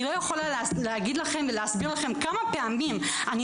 אני לא יכולה להגיד לכם ולהסביר לכם כמה פעמים אני